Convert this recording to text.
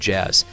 Jazz